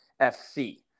FC